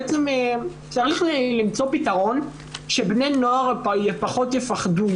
צריך למצוא פתרון שבני נוער פחות יפחדו.